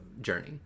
journey